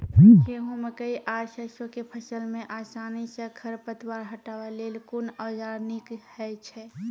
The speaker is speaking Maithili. गेहूँ, मकई आर सरसो के फसल मे आसानी सॅ खर पतवार हटावै लेल कून औजार नीक है छै?